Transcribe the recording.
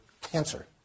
cancer